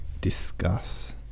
Discuss